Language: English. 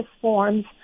forms